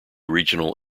regional